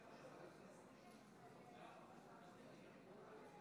חבר הכנסת משה סעדה אושרה בקריאה טרומית